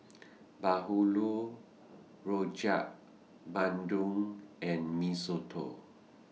Bahulu Rojak Bandung and Mee Soto